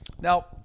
Now